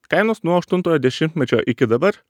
kainos nuo aštuntojo dešimtmečio iki dabar